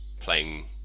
playing